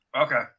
Okay